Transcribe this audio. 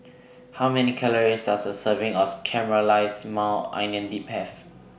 How Many Calories Does A Serving of Caramelized Maui Onion Dip Have